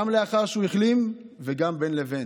גם לאחר שהוא החלים וגם בין לבין.